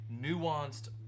nuanced